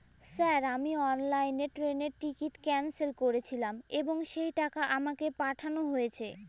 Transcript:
Sir আমি অনলাইনে ট্রেনের টিকিট ক্যানসেল করেছিলাম এবং সেই টাকা আমাকে পাঠানো হয়েছে?